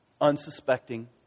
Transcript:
Unsuspecting